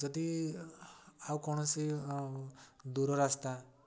ଯଦି ଆଉ କୌଣସି ଦୂର ରାସ୍ତା